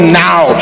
now